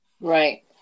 Right